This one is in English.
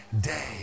day